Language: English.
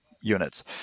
units